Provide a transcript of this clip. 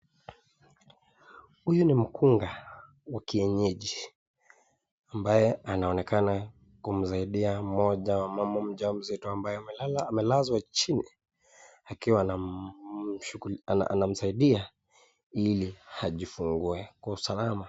Huyu ni mkunga wa kienyeji ambaye anaonekana kumsaidia mmoja wa wamama mjamzito ambaye amelazwa chini akiwa anamsaidia ili ajifungue kwa usalama.